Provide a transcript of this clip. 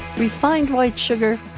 refined white sugar,